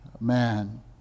man